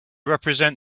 represent